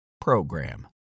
program